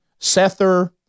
Sether